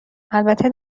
البته